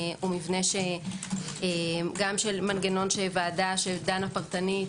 הוא גם של מנגנון של ועדה שדנה פרטנית.